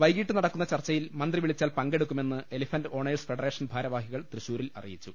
വൈകിട്ട് നടക്കുന്ന ചർച്ച യിൽ മന്ത്രി വിളിച്ചാൽ പങ്കെടുക്കുമെന്ന് എലഫെന്റ് ഓണേഴ്സ് ഫെഡറേഷൻ ഭാരവാഹികൾ തൃശൂരിൽ അറിയിച്ചു